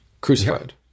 crucified